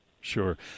sure